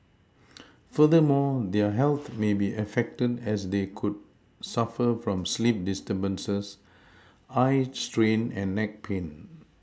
furthermore their health may be affected as they could suffer from sleep disturbances eye strain and neck pain